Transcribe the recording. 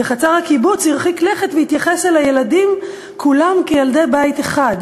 וחצר הקיבוץ הרחיקה לכת והתייחסה לילדים כולם כילדי בית אחד,